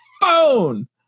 phone